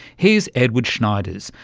here's edouard schneiders,